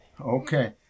Okay